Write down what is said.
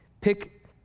Pick